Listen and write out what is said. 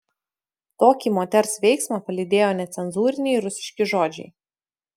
tokį moters veiksmą palydėjo necenzūriniai rusiški žodžiai